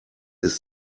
ist